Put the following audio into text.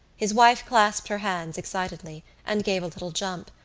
his wife clasped her hands excitedly and gave a little jump.